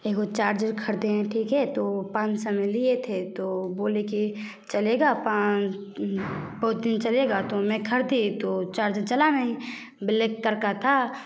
एक वो चार्जर ख़रीदे हैं ठीक है तो पाँच सौ में लिए थे तो बोले कि चलेगा पाँच बहुत दिन चलेगा तो मै खरीदी तो चार्जर चला नहीं ब्लैक कर के था